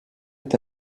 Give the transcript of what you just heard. est